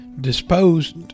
disposed